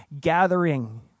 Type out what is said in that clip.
gathering